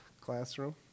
classroom